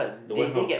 the White House